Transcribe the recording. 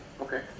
Okay